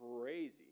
crazy